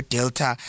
Delta